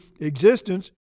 existence